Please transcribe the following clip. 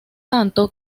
tanto